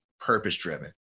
purpose-driven